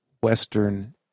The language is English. Western